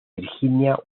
virginia